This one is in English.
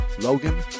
Logan